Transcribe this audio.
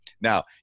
now